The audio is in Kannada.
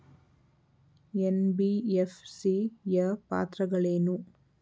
ಎನ್.ಬಿ.ಎಫ್.ಸಿ ಯ ಪಾತ್ರಗಳೇನು?